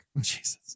Jesus